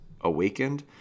awakened